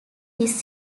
his